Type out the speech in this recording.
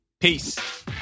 Peace